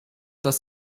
das